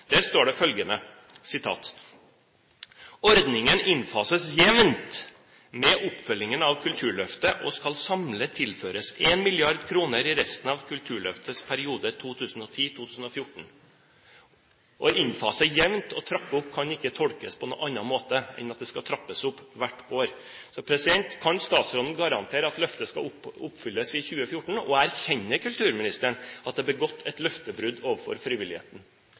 Der står det følgende: «Ordningen innfases jevnt med oppfølgingen av kulturløftet og skal samlet tilføres en milliard kroner i resten av kulturløftets periode 2010-2014». Innfase «jevnt» og trappe opp kan ikke tolkes på noen annen måte enn at det skal trappes opp hvert år. Kan statsråden garantere at løftet skal oppfylles i 2014, og erkjenner kulturministeren at det er begått et løftebrudd overfor frivilligheten?